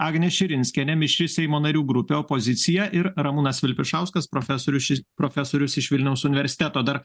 agnė širinskienė mišri seimo narių grupė opozicija ir ramūnas vilpišauskas profesorius profesorius iš vilniaus universiteto dar